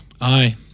Aye